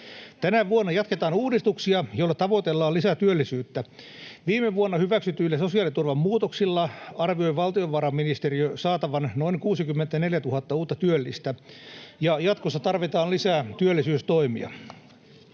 Tänä vuonna jatketaan uudistuksia, joilla tavoitellaan lisää työllisyyttä. Viime vuonna hyväksytyillä sosiaaliturvan muutoksilla arvioi valtiovarainministeriö saatavan noin 64 000 uutta työllistä, [Jussi Saramo: Ajatte satatuhatta